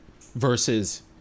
versus